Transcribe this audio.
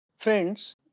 Friends